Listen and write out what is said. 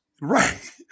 Right